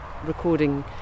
recording